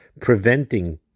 preventing